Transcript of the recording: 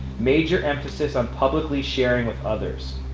major emphasis on publicly sharing with others.